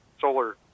solar